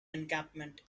encampment